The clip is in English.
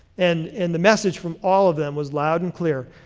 and and the message from all of them was loud and clear.